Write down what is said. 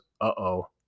uh-oh